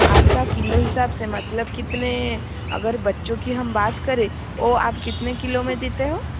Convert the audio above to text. आपका किलो हिसाब से मतलब कितने अगर बच्चों की हम बात करें वो आप कितने किलो में देते हो